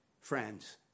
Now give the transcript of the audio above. friends